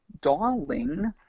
Darling